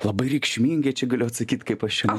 labai reikšmingai čia galiu atsakyt kaip aš čia